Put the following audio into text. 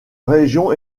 région